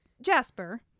Jasper